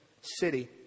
city